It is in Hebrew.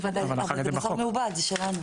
בוודאי, אבל זה בשר מעובד, זה שלנו.